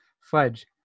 fudge